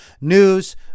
news